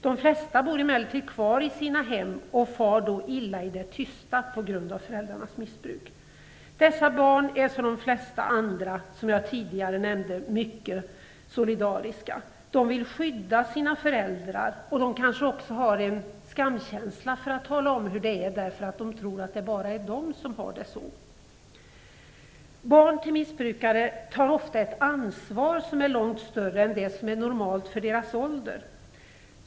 De flesta bor emellertid kvar i sina hem och far då illa i det tysta på grund av föräldrarnas missbruk. Som jag tidigare nämnde är dessa barn, som de flesta andra barn, mycket solidariska. De vill skydda sina föräldrar. De kanske också bär på en skamkänsla och inte vill tala om hur det är, därför att de tror att det endast är de som har det så här. Barn till missbrukare tar ofta ett ansvar som är långt större än det som är normalt för deras ålder.